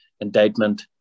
indictment